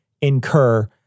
incur